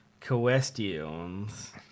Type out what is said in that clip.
Questions